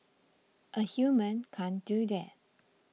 a human can't do that